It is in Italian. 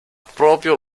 proprio